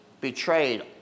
betrayed